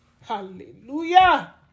Hallelujah